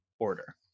order